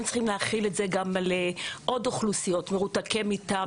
צריכים להחיל את זה על עוד אוכלוסיות כמו מרותקי מיטה,